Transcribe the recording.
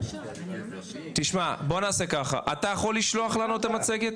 אתה יכול לשלוח לנו את המצגת